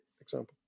example